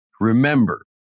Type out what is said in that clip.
remember